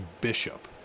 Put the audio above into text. Bishop